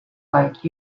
like